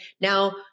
now